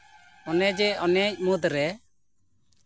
ᱚᱱᱮ ᱡᱮ ᱮᱱᱮᱡ ᱢᱩᱫᱽ ᱨᱮ